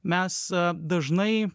mes dažnai